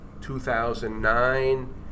2009